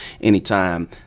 anytime